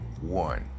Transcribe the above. one